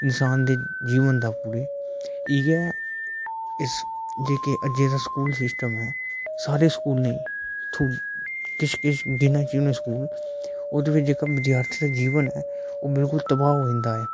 इन्सान दे जीवन दा पूरे इयै इस जेह्का अज्जै दा स्कूल सिस्टम ऐ सारें स्कूलें च किश किश दिनें च स्कूल ओह्दे बिच जेह्का विद्यार्थी दा जेह्का जीवन ऐ ओह् बिल्कुल तबाह् होई जंदा ऐ